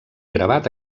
gravat